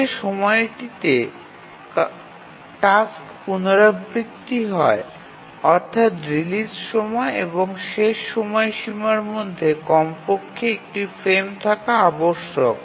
যে সময়টিতে টাস্ক পুনরাবৃত্তি হয় অর্থাৎ রিলিজ সময় এবং শেষ সময়সীমা মধ্যে কমপক্ষে একটি ফ্রেম থাকা আবশ্যক